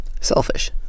Selfish